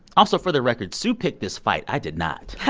also, for the record, sue picked this fight. i did not